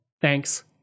Thanks